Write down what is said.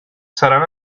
seran